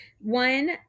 One